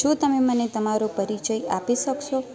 શું તમે મને તમારો પરિચય આપી શકશો